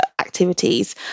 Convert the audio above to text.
activities